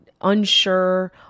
unsure